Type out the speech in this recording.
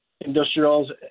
industrials